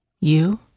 You